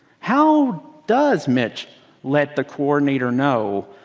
how does mitch lead the coordinator know,